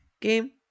game